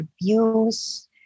abuse